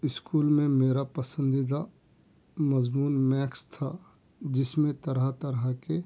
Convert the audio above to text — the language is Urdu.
اسکول میں میرا پسندیدہ مضمون میکس تھا جس میں طرح طرح کے